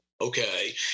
Okay